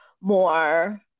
more